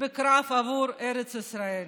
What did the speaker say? בקרב עבור ההגנה על ארץ ישראל,